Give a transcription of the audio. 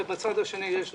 ובצד השני יש דברים.